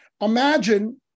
Imagine